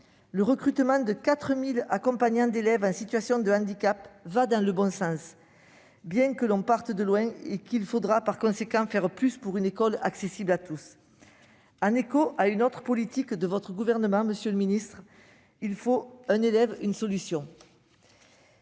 le recrutement de 4 000 accompagnants d'élèves en situation de handicap va dans le bon sens, nous partons de loin : il faudra donc faire plus pour une école accessible à tous. En écho à une autre politique de votre gouvernement, monsieur le ministre, il faut « 1 élève 1 solution